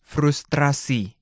Frustrasi